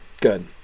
Good